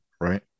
right